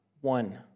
one